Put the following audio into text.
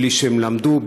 בלי שהם למדו.